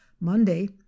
monday